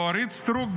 ואורית סטרוק,